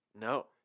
No